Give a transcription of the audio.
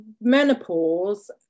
menopause